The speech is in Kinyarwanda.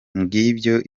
ngibyo